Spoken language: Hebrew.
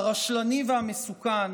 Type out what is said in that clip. הרשלני והמסוכן